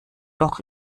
doch